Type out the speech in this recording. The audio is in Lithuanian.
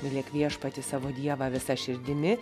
mylėk viešpatį savo dievą visa širdimi